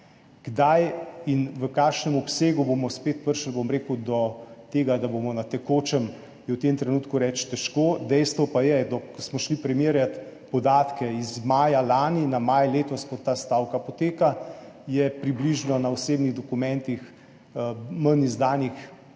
Kdaj in v kakšnem obsegu bomo spet prišli, bom rekel, do tega, da bomo na tekočem, je v tem trenutku težko reči. Dejstvo pa je, da ko smo šli primerjati podatke iz maja lani na maj letos, ko ta stavka poteka, je osebnih dokumentih manj izdanih,